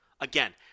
Again